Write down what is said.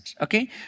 Okay